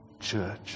church